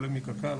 כולל מקק"ל,